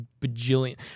bajillion